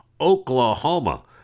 Oklahoma